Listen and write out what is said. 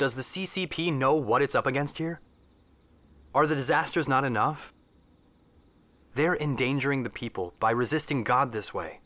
does the c c p know what it's up against here are the disasters not enough they're endangering the people by resisting god this way